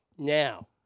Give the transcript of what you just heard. Now